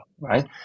right